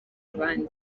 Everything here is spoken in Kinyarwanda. abandi